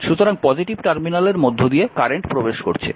সুতরাং পজিটিভ টার্মিনালের মধ্য দিয়ে কারেন্ট প্রবেশ করছে